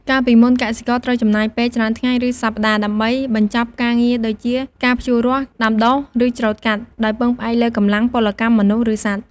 កាលពីមុន កសិករត្រូវចំណាយពេលច្រើនថ្ងៃ ឬសប្តាហ៍ ដើម្បីបញ្ចប់ការងារដូចជាការភ្ជួររាស់ ដាំដុះ ឬច្រូតកាត់ ដោយពឹងផ្អែកលើកម្លាំងពលកម្មមនុស្ស ឬសត្វ។